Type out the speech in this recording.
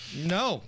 No